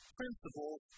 principles